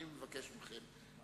אני מבקש מכם,